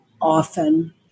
often